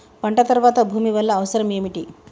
పంట తర్వాత భూమి వల్ల అవసరం ఏమిటి?